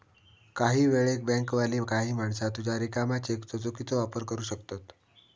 काही वेळेक बँकवाली काही माणसा तुझ्या रिकाम्या चेकचो चुकीचो वापर करू शकतत